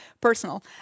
personal